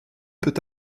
peut